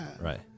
Right